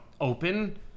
open